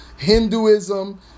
Hinduism